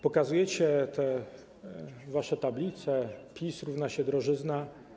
Pokazujecie te wasze tablice: PiS równa się drożyzna.